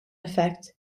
effect